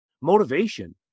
motivation